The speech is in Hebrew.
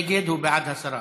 נגד, בעד הסרה.